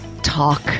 talk